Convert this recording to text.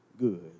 good